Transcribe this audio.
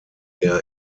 der